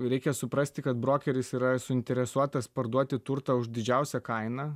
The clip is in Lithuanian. reikia suprasti kad brokeris yra suinteresuotas parduoti turtą už didžiausią kainą